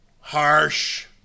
harsh